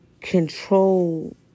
control